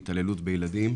התעללות בילדים.